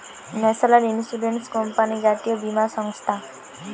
national insurance company জাতীয় বীমা সংস্থা